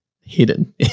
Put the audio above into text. hidden